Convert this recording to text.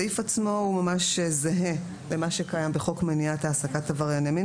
הסעיף עצמו הוא ממש זהה למה שקיים בחוק מניעת העסקת עברייני מין.